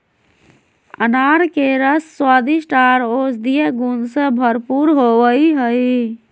अनार के रस स्वादिष्ट आर औषधीय गुण से भरपूर होवई हई